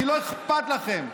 כי לא אכפת לכם.